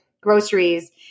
groceries